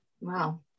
Wow